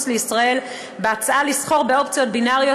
לישראל בהצעה לסחור באופציות בינאריות,